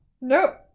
Nope